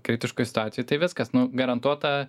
kritiškoj situacijoj tai viskas nu garantuota